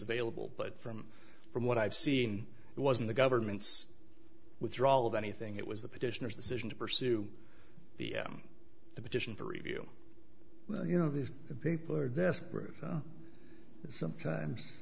available but from what i've seen it wasn't the government's withdrawal of anything it was the petitioners decision to pursue the m the petition for review well you know these people are death groups sometimes